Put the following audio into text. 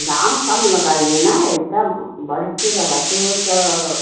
दाम कम लगाइए ना इतना बढ़ कर लगाते हो तो